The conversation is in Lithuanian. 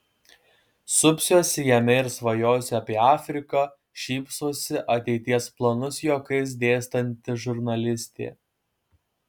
supsiuosi jame ir svajosiu apie afriką šypsosi ateities planus juokais dėstanti žurnalistė